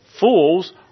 Fools